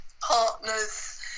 partners